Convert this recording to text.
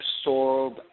absorb